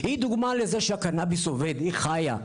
היא דוגמה לכך שהקנביס עובד; היא חיה.